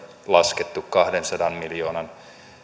laskettu kahdensadan miljoonan